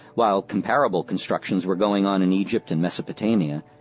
while comparable constructions were going on in egypt and mesopotamia,